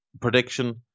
prediction